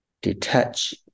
detach